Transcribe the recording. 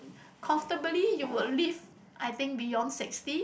comfortably you would live I think beyond sixty